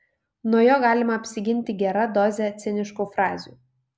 nuo jo galima apsiginti gera doze ciniškų frazių